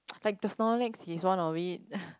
like the Snorlax he's one of it